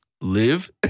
live